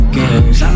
games